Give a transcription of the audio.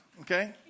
okay